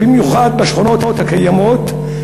במיוחד בשכונות הקיימות.